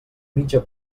mitja